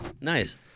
Nice